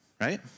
right